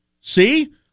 See